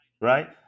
right